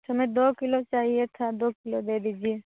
हमें दो किलो चाहिए था दो किलो दे दीजिए